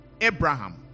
Abraham